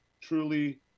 truly